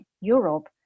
Europe